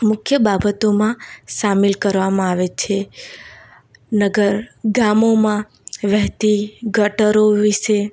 મુખ્ય બાબતોમાં સામેલ કરવામાં આવે છે નગર ગામોમાં વહેતી ગટરો વિષે